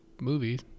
movies